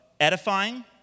edifying